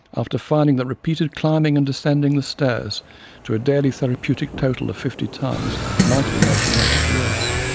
after finding that repeated climbing and descending the stairs to a daily therapeutic total of fifty times, might be making matters worse.